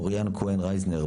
אוריין כהן רייזנר,